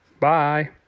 Bye